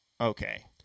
Okay